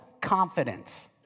confidence